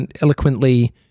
eloquently